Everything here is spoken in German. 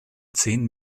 zehn